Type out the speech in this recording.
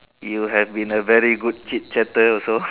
you have been a very good chit chatter also